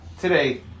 Today